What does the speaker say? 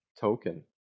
token